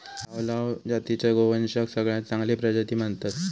गावलाव जातीच्या गोवंशाक सगळ्यात चांगली प्रजाती मानतत